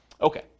Okay